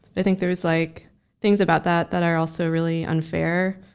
i think there's like things about that that are also really unfair.